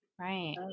Right